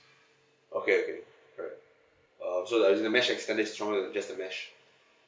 okay okay alright uh so then is the mesh extender is stronger than just the mesh